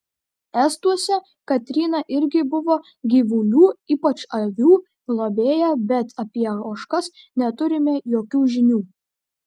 estuose katryna irgi buvo gyvulių ypač avių globėja bet apie ožkas neturime jokių žinių